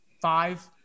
five